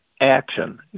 action